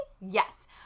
Yes